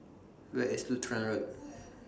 Where IS Lutheran Road